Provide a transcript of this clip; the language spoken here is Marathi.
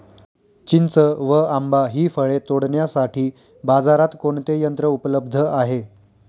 चिंच व आंबा हि फळे तोडण्यासाठी बाजारात कोणते यंत्र उपलब्ध आहे?